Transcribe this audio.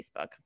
Facebook